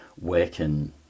working